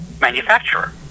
manufacturer